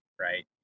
Right